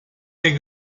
des